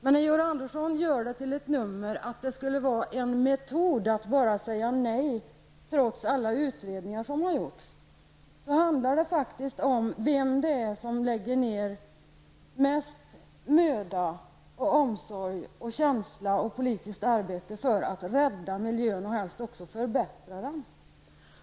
Men när Georg Andersson gör det till ett nummer att det skulle vara en metod att bara säga nej trots alla utredningar som har gjorts, handlar det faktiskt om vem som lägger ner mest möda, omsorg, känsla och politiskt arbete för att rädda miljön, och helst också förbättra den.